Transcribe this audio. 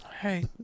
Hey